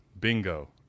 bingo